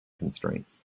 constraints